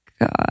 god